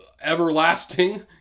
everlasting